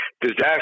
disaster